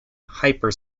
hyper